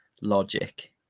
logic